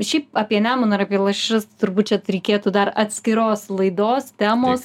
šiaip apie nemuną ir apie lašišas turbūt čia reikėtų dar atskiros laidos temos